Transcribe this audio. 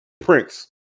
Prince